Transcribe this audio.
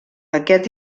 aquest